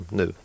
nu